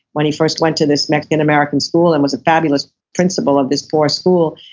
when he first went to this mexican-american school, and was a fabulous principal of this poor school,